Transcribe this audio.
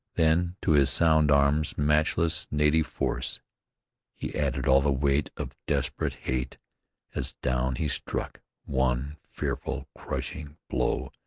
then to his sound arm's matchless native force he added all the weight of desperate hate as down he struck one fearful, crushing blow.